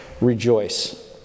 rejoice